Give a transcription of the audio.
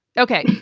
ok?